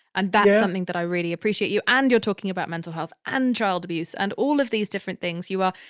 and that's something that i really appreciate you. and you're talking about mental health and child abuse and all of these different things. you are,